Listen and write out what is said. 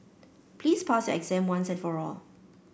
please pass your exam once and for all